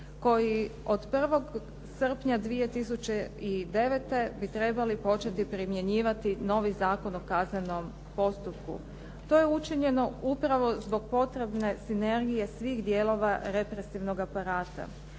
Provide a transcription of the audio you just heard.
koji od 1. srpnja 2009. bi trebali početi primjenjivati novi Zakon o kaznenom postupku. To je učinjeno upravo zbog potrebne sinergije svih dijelova represivnog aparata.